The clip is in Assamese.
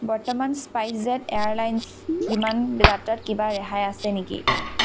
বৰ্তমান স্পাইচজেট এয়াৰলাইন্স বিমান যাত্ৰাত কিবা ৰেহাই আছে নেকি